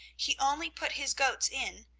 he only put his goats in,